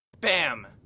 Bam